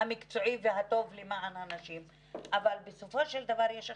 המקצועי והטוב למען הנשים אבל בסופו של דבר יש אחריות.